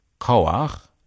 koach